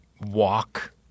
walk